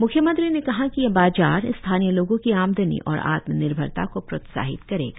म्ख्यमंत्री ने कहा की यह बाजार स्थानीय लोगो की आमदनी और आत्म निर्भरता को प्रोत्साहित करेगा